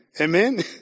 Amen